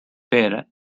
per